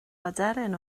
aderyn